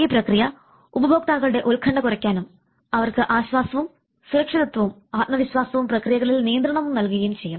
ഈ പ്രക്രിയ ഉപഭോക്താക്കളുടെ ഉൽക്കണ്ഠ കുറയ്ക്കാനും അവർക്ക് ആശ്വാസവും സുരക്ഷിതത്വവും ആത്മവിശ്വാസവും പ്രക്രിയകളിൽ നിയന്ത്രണവും നൽകുകയും ചെയ്യും